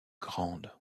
grande